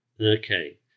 Okay